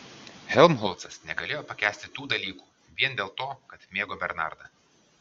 helmholcas negalėjo pakęsti tų dalykų vien dėl to kad mėgo bernardą